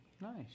Nice